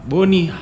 Boni